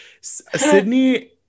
Sydney